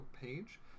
page